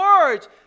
words